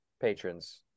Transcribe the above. patrons